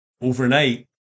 overnight